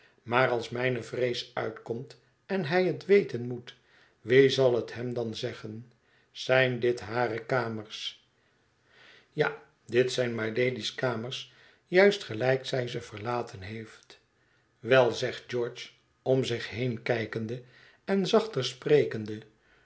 maar als mijne vrees uitkomt en hij het weten moet wie zal het hem dan zeggen zijn dit hare kamers ja dit zijn mylady's kamers juist gelijk zij ze verlaten heeft wel zegt george om zich heen kijkende en zachter sprekende